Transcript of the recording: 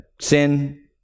sin